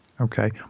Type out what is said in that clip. Okay